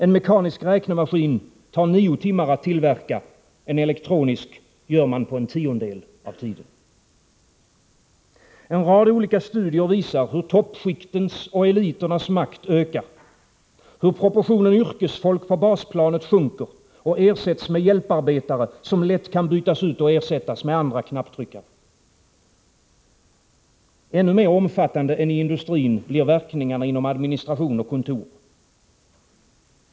En mekanisk räknemaskin tar nio timmar att tillverka, en elektronisk gör man på en tiondel av tiden. En rad olika studier visar hur toppskiktens och eliternas makt ökar, hur andelen yrkesfolk på basplanet sjunker och ersätts med hjälparbetare som lätt kan bytas ut och ersättas med andra knapptryckare. Ännu mer omfattande än i industrin blir verkningarna inom administration och kontor.